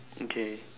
okay